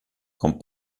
kommt